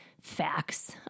facts